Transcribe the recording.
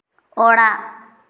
ᱚᱲᱟᱜ